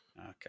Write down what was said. Okay